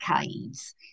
decades